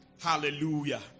Hallelujah